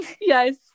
Yes